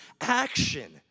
action